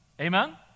Amen